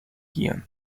guion